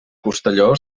costelló